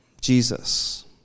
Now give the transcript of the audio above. Jesus